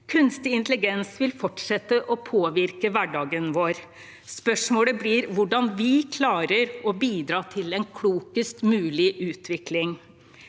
Kunstig intelligens vil fortsette å påvirke hverdagen vår. Spørsmålet blir hvordan vi klarer å bidra til en klokest mulig utvikling.